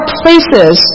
places